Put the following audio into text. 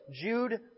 Jude